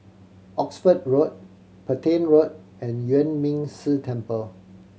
Oxford Road Petain Road and Yuan Ming Si Temple